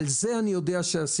על זה אני יודע שעשינו,